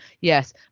yes